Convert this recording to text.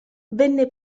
venne